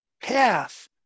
path